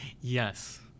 Yes